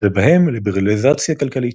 ובהם ליברליזציה כלכלית.